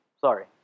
Sorry